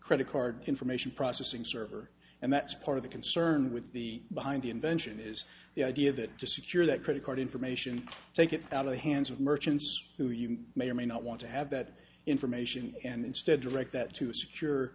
credit card information processing server and that's part of the concern with the behind the invention is the idea that to secure that credit card information take it out of the hands of merchants who you may or may not want to have that information and instead direct that to